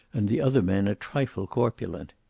and the other men a trifle corpulent.